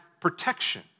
protection